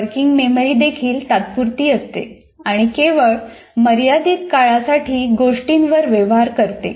working memory देखील तात्पुरती असते आणि केवळ मर्यादित काळासाठी गोष्टींवर व्यवहार करते